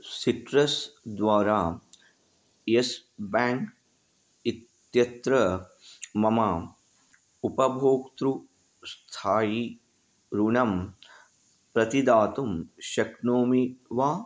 citrus द्वारा Yes Bank इत्यत्र मम उपभोक्तृस्थायी ऋणं प्रतिदातुं शक्नोमि वा